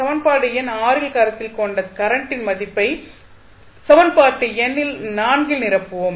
சமன்பாடு எண் ல் கருத்தில்கொண்ட கரண்டின் மதிப்பை சமன்பாட்டில் எண் நிரப்புவோம்